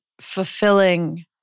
fulfilling